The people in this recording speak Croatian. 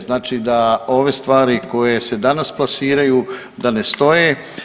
Znači da ove stvari koje se danas plasiraju da ne stoje.